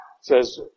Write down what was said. says